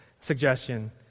suggestion